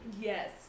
Yes